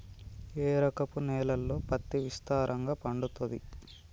ఏ రకపు నేలల్లో పత్తి విస్తారంగా పండుతది?